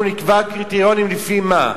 אנחנו נקבע קריטריונים לפי מה?